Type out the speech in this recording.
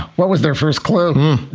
what was their first clue?